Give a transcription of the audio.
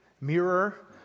mirror